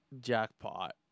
jackpot